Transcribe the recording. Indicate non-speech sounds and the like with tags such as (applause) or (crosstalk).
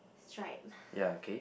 stripe (breath)